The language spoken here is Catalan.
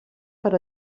per